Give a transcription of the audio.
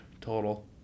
total